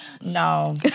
No